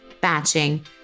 batching